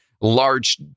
large